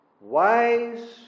wise